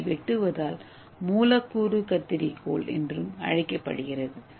ஏவை வெட்டுவதால் மூலக்கூறு கத்தரிக்கோல் என்றும் அழைக்கப்படுகிறது